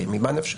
הרי ממה נפשך?